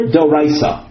Doraisa